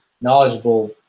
knowledgeable